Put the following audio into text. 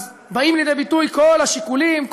באים לידי ביטוי כל השיקולים,